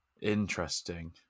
interesting